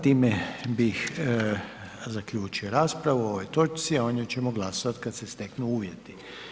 Time bih zaključio raspravu o ovoj točci, a o njoj ćemo glasovati kad se steknu uvjeti.